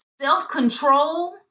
self-control